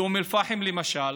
באום אל-פחם, למשל